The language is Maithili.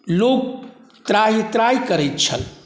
लोक त्राहि त्राहि करैत छल